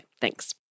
Thanks